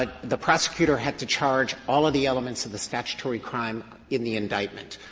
ah the prosecutor had to charge all of the elements of the statutory crime in the indictment.